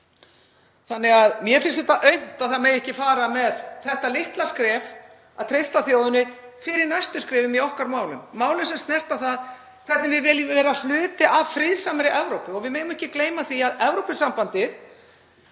þingmanna. Mér finnst þetta aumt, að það megi ekki taka þetta litla skref, að treysta þjóðinni fyrir næstu skrefum í okkar málum, málum sem snerta það hvernig við viljum vera hluti af friðsamlegri Evrópu. Við megum ekki gleyma því að Evrópusambandið